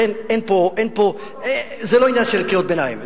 לכן, זה לא עניין של קריאות ביניים.